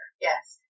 Yes